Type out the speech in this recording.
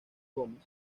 gómez